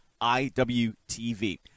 IWTV